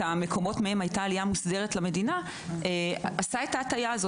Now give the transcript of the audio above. המקומות מהם הייתה עלייה מוסדרת למדינה אז הייתה ההטעיה.